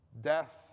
death